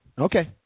Okay